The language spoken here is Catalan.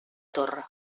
torre